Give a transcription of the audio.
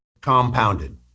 compounded